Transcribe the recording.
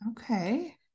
Okay